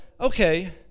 okay